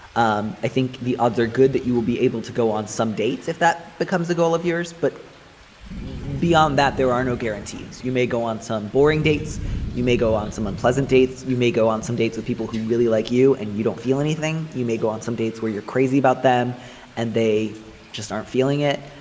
um i think the other good that you will be able to go on some dates if that becomes a goal of yours. but beyond that there are no guarantees. you may go on some boring dates you may go on some unpleasant dates you may go on some dates with people who really like you and you don't feel anything. you may go on some dates where you're crazy about them and they just aren't feeling it.